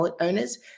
owners